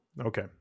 Okay